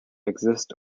exist